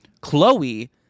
Chloe